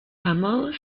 ramos